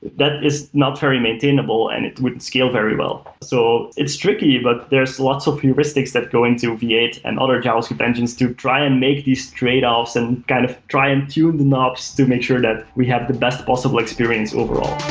that is not very maintainable and it wouldn't scale very well. so it's tricky, but there's lots of heuristics that go into v eight and other javascript engines to try and make these tradeoffs and kind of try and tune the knobs to make sure that we have the best possible experience overall.